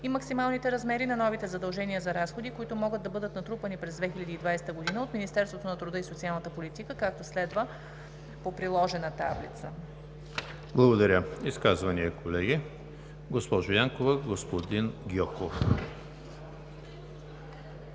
и максималните размери на новите задължения за разходи, които могат да бъдат натрупани през 2020 г. от Министерството на труда и социалната политика, както следва: по приложена таблица.“ ПРЕДСЕДАТЕЛ ЕМИЛ ХРИСТОВ: Благодаря. Изказвания, колеги? Госпожо Янкова, господин Гьоков. Заповядайте,